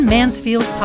Mansfield